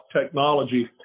technology